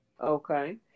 Okay